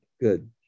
good